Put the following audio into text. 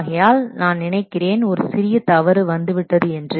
ஆகையால் நான் நினைக்கிறேன் ஒரு சிறிய தவறு வந்து விட்டது என்று